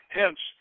hence